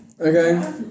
Okay